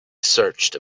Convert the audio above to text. searched